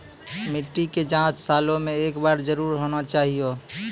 मिट्टी के जाँच सालों मे एक बार जरूर होना चाहियो?